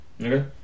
Okay